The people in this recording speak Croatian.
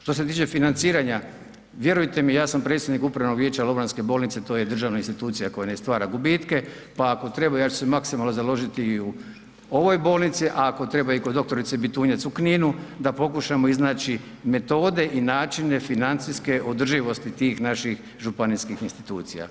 Što se tiče financiranja, vjerujte mi, ja sam predsjednik upravnog vijeća lovranske bolnice, to je državna institucija koja ne stvara gubitke, pa ako treba ja ću se maksimalno založiti i u ovoj bolnici, a ako treba i kod dr. Bitunjac u Kninu da pokušamo iznaći metode i načine financijske održivosti tih naših županijskih institucija.